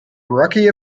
rookie